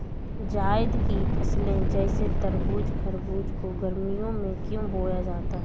जायद की फसले जैसे तरबूज़ खरबूज को गर्मियों में क्यो बोया जाता है?